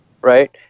right